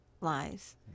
lies